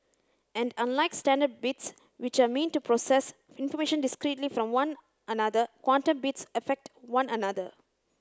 and unlike standard bits which are mean to process information discretely from one another quantum bits affect one another